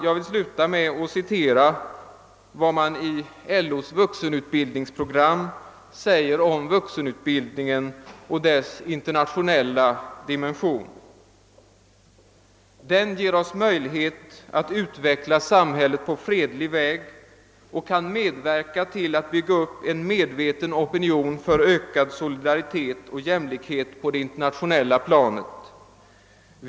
Jag vill sluta med att citera vad man i LO:s vuxenutbildningsprogram skriver om vuxenutbildningen och dess internationella dimension: »Den ger oss möjlighet att utveckla samhället på fredlig väg och kan medverka till att bygga upp en medveten opinion för ökad solidaritet och jämlikhet på det internationella planet.